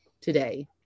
today